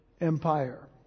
Empire